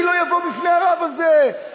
אני לא אבוא בפני הרב הזה,